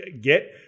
get